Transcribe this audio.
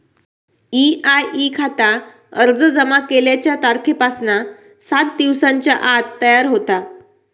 EIE खाता अर्ज जमा केल्याच्या तारखेपासना सात दिवसांच्या आत तयार होता